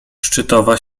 szczytowa